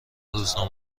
روزنامه